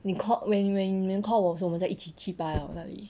你 call when you when you call 我时候我们在一起七八 liao 那里